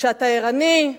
שאתה ערני,